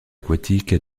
aquatique